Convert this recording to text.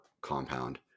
compound